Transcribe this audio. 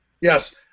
Yes